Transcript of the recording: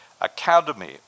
Academy